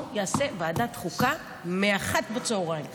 הוא יעשה ועדת חוקה מ-13:00 גם.